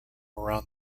around